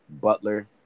Butler